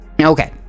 okay